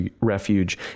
refuge